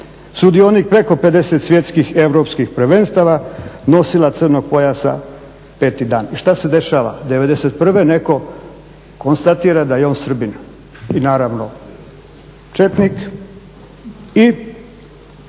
sudionik preko 50 svjetskih, europskih prvenstava, nosilac crnog pojasa peti dan. I šta se dešava? '91. netko konstatira da je on Srbin, i naravno četnik i izbacuju